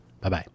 Bye-bye